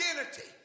identity